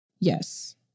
Yes